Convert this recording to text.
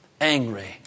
angry